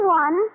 one